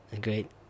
great